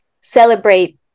celebrate